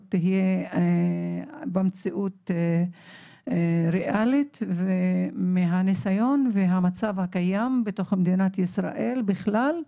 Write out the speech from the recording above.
תהיה במציאות ריאלית ומהניסיון והמצב הקיים בתוך מדינת ישראל בכלל,